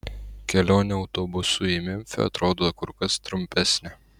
kelionė autobusu į memfį atrodo kur kas trumpesnė